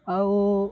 ଆଉ